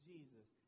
Jesus